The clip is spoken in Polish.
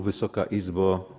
Wysoka Izbo!